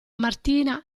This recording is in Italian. martina